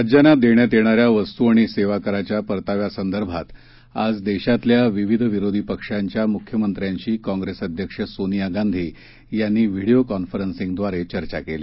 राज्यांना देण्यात येणाऱ्या वस्तू आणि सेवाकराच्या परताव्यासंदर्भात आज देशातल्या विविध विरोधी पक्षांच्या मुख्यमंत्र्यांशी काँग्रेस अध्यक्ष सोनिया गांधी यांनी व्हिडीओ कॉन्फरसिंगद्वारे चर्चा केली